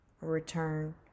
Return